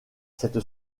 cette